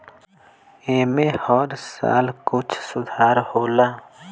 ऐमे हर साल कुछ सुधार होला